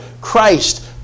Christ